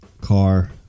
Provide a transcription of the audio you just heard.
car